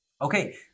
Okay